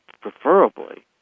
preferably